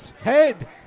Head